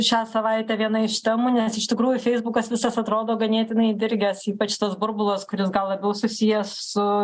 šią savaitę viena iš temų nes iš tikrųjų feisbukas visas atrodo ganėtinai įdirgęs ypač tas burbulas kuris gal labiau susijęs su